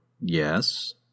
Yes